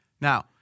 Now